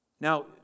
Now